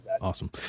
Awesome